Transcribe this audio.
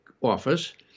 office